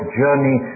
journey